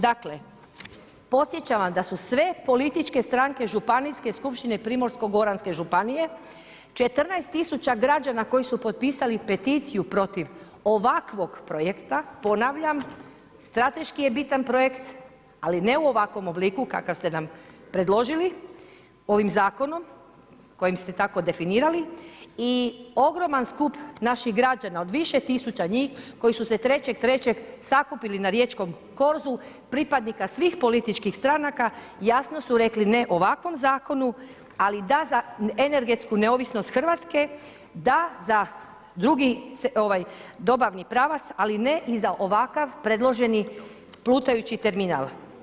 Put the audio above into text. Dakle, podsjećam vas da su sve političke stranke, županijske skupštine Primorsko goranske županije, 14000 građana koji su potpisali poticaju protiv ovakvog projekta, ponavljam, strateški je bitan projekt, ali ne u ovakvom obliku kakav ste nam predložili, ovim zakonom, kojim ste tako definirali i ogroman skup naših građana, od više tisuća njih, koji su se 3.3. sakupili na riječkom korzu pripadnika svih političkih stranka jasno su rekli ne ovakvom zakonu, ali da za energetsku neovisnost Hrvatske da za drugi dobavni pravac, ali ne i za ovakav predloženi plutajući terminal.